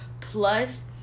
plus